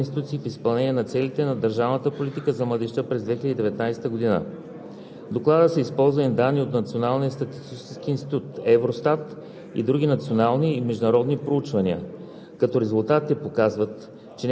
Годишният доклад за младежта 2019 г. представя информация за състоянието на младежта в страната и отчита предприетите мерки от страна на отговорните институции в изпълнение на целите на държавната политика за